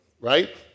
right